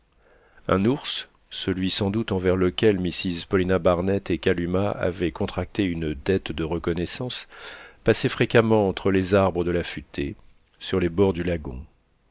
un ours celui sans doute envers lequel mrs paulina barnett et kalumah avaient contracté une dette de reconnaissance passait fréquemment entre les arbres de la futaie sur les bords du lagon